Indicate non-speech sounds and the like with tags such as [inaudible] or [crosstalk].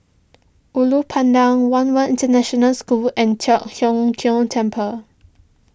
Ulu Pandan one World International School and Teck [unintelligible] Keng Temple